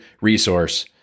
resource